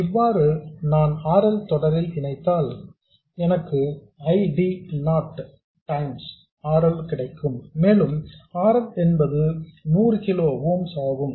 இவ்வாறு நான் R L தொடரில் இணைத்தால் எனக்கு I D நாட் டைம்ஸ் R L கிடைக்கும் மேலும் R L என்பது 100 கிலோ ஓம்ஸ் ஆகும்